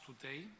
today